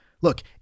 look